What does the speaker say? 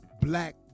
black